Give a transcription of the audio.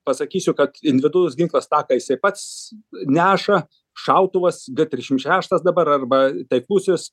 pasakysiu kad individualus ginklas tą ką jisai pats neša šautuvas g trisdešimt šeštas dabar arba taikusis